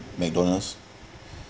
McDonald's